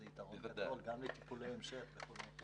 זה יתרון גדול, גם לטיפולי המשך וכו'.